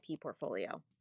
portfolio